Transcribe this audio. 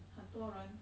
很多人